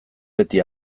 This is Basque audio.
beti